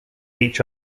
each